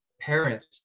parents